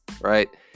right